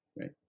right